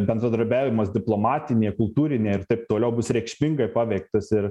bendradarbiavimas diplomatinėj kultūrinėj ir taip toliau bus reikšmingai paveiktas ir